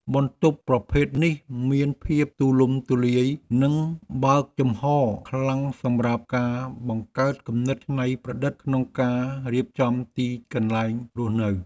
បន្ទប់ប្រភេទនេះមានភាពទូលំទូលាយនិងបើកចំហខ្លាំងសម្រាប់ការបង្កើតគំនិតច្នៃប្រឌិតក្នុងការរៀបចំទីកន្លែងរស់នៅ។